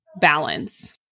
balance